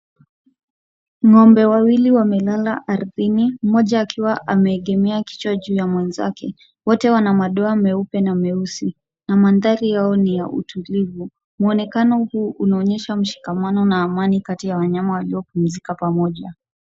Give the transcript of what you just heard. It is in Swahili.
Ng'ombe wawili wamelala ardhini, mmoja akiwa ameegemea kichwa juu ya mwenzake, wote wana madoa meupe na meusi na mandhari yao ni ya utulivu, muonekano huu unaonyesha mshikamano na amani kati ya wanyama waliopumzika pamoja.